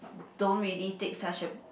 don't really take such a